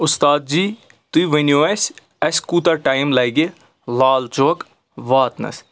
اُستاد جی تُہۍ ؤنِو اَسہِ اَسہِ کوٗتاہ ٹایم لَگہِ لالچوک واتنَس